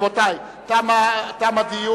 רבותי, תם הדיון.